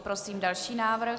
Prosím další návrh.